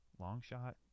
Longshot